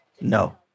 No